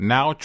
Now